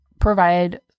provide